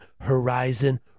horizon